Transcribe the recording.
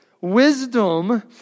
wisdom